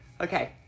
Okay